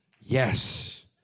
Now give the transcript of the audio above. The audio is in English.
Yes